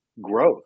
growth